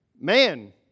man